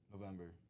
november